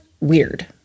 weird